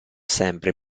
sempre